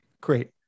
great